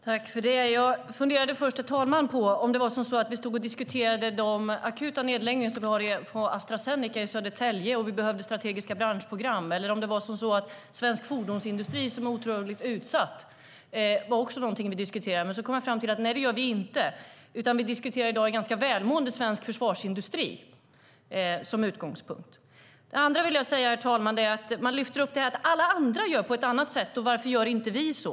Herr talman! Jag funderade först på om vi stod och diskuterade de akuta nedläggningarna på Astra Zeneca i Södertälje och att vi behöver strategiska branschprogram eller om vi diskuterade svensk fordonsindustri som är otroligt utsatt. Men så kom jag fram till att det gör vi inte, utan det vi i dag diskuterar har den ganska välmående svenska försvarsindustrin som utgångspunkt. Peter Hultqvist lyfter fram att alla andra gör på ett annat sätt och varför gör inte vi så.